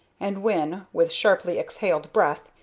and when, with sharply exhaled breath,